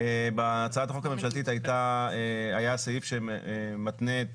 בהצעת החוק הממשלתית היה סעיף שמתנה את